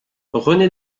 rené